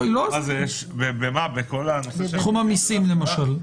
תחום המיסים למשל.